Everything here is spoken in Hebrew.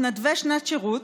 מתנדבי שנת שירות,